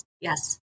Yes